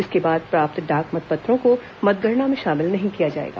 इसके बाद प्राप्त डाक मतपत्रों को मतगणना में शामिल नहीं किया जाएगा